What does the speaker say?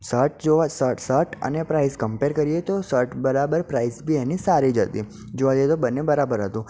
shirt જોવો shirt shirt અને price compare કરીએ તો સર્ટ બરાબર પ્રાઇઝ બી એની સારી જ હતી જોવા જઈએ તો બંને બરાબર હતું